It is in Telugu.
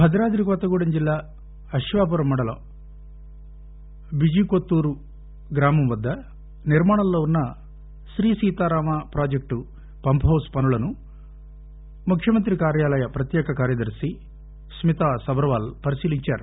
భద్రాద్రి కొత్తగూడెం జిల్లా ఆశ్వాపురం మండలం బిజీ కొత్తూరు గ్రామం వద్ద నిర్మాణంలో ఉన్న Shri Sitarama project pump house పనులను ముఖ్యమంత్రి కార్యాలయ ప్రత్యేక కార్యదర్శి స్మితా సబర్వాల్ పరిశీలించారు